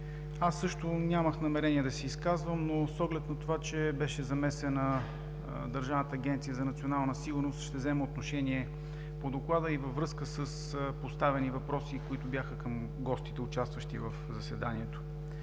Аз също нямах намерение да се изказвам, но с оглед на това, че беше замесена Държавната агенция за национална сигурност, ще взема отношение по Доклада и във връзка с поставени въпроси, които бяха към гостите, участващи в заседанието.